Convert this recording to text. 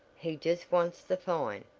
he just wants the fine.